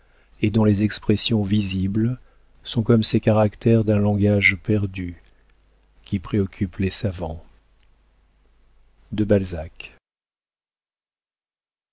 et dont les expressions visibles sont comme ces caractères d'un langage perdu qui préoccupent les savants de balzac